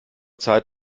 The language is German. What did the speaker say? zeit